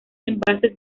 envases